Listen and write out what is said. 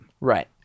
Right